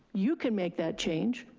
you can make that change.